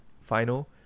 final